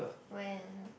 when